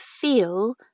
feel